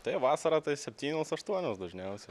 tai vasarą tai septynios aštuonios dažniausia